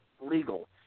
legal